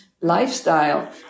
lifestyle